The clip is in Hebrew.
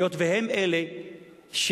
היות שהם אלה שיוענשו,